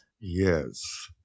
yes